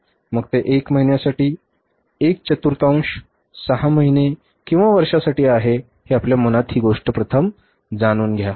मग ते महिन्यासाठी एक चतुर्थांश 6 महिने किंवा वर्षासाठी आहे आपल्या मनात ही गोष्ट प्रथम जाणून घ्या